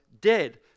dead